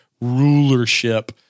rulership